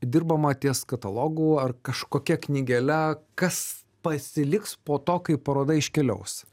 dirbama ties katalogu ar kažkokia knygele kas pasiliks po to kai paroda iškeliaus